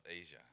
Asia